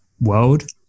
world